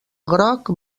groc